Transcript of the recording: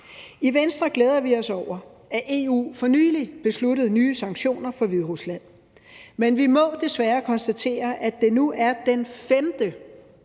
I Venstre glæder vi os over, at EU for nylig besluttede nye sanktioner for Hviderusland, men vi må desværre konstatere, at det nu er den femte